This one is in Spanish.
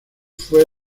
fue